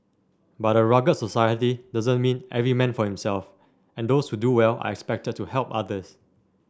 but a rugged society doesn't mean every man for himself and those who do well are expected to help others